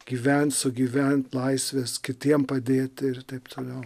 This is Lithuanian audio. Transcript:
gyvent sugyvent laisvės kitiem padėti ir taip toliau